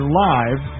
live